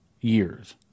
years